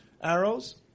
arrows